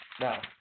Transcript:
Now